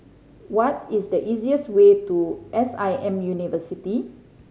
what is the easiest way to S I M University